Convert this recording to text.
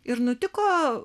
ir nutiko